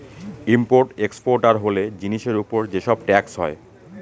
import exporter হলে জিনিসের উপর যে সব ট্যাক্স হয়